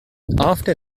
after